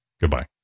goodbye